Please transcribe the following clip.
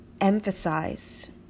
emphasize